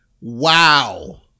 wow